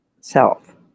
self